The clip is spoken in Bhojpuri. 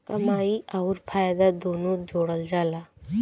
कमाई अउर फायदा दुनू जोड़ल जला